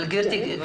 גברתי,